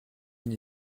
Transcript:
une